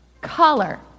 color